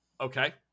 Okay